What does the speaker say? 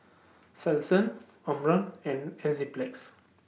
Selsun Omron and Enzyplex